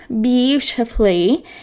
beautifully